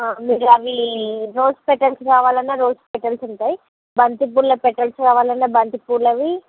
ఆ గులాబీలు ఇవి రోజ్ పెటల్స్ కావాలన్నా రోజ్ పెటల్స్ ఉంటాయి బంతి పూల పెటల్స్ కావాలన్నా బంతి పూలవి